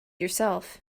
yourself